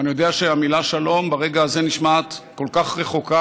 ואני יודע שהמילה "שלום" ברגע הזה נשמעת כל כך רחוקה,